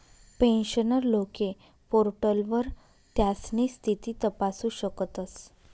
pensioner लोके पोर्टलवर त्यास्नी स्थिती तपासू शकतस